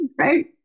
Right